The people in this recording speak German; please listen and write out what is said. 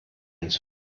hinzu